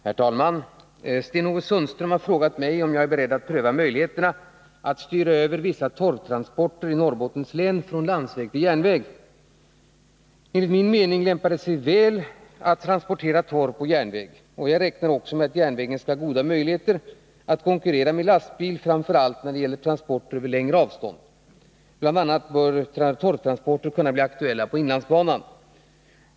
Herr talman! Sten-Ove Sundström har frågat mig om jag är beredd att pröva möjligheterna att styra över vissa torvtransporter i Norrbottens län från landsväg till järnväg. Enligt min mening lämpar sig torv väl för transporter på järnväg. Jag räknar också med att järnvägen skall ha goda möjligheter att konkurrera med lastbilen framför allt när det gäller transporter över längre avstånd. Bl. a. bör torvtransporter kunna bli aktuella på inlandsbanan.